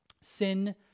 Sin